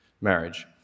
marriage